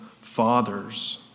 fathers